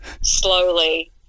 slowly